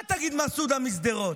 מה תגיד מסעודה משדרות?